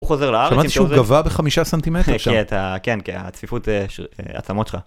הוא חוזר לארץ. שמעתי שהוא גבה בחמישה סנטימטר. כן, כן, הצפיפות עצמות שלך.